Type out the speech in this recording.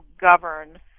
govern